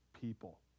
people